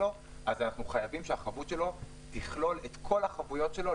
אז אנחנו חייבים שהחברות שלו תכלול את כל החבויות שלו,